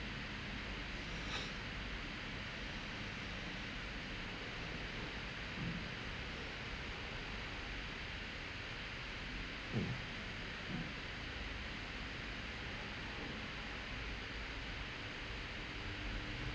mm